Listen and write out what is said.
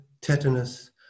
tetanus